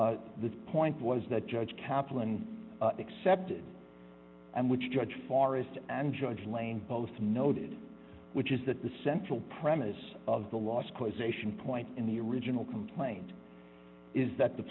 finish the point was that judge kaplan accepted and which judge forest and judge lane both noted which is that the central premise of the last causation point in the original complaint is that the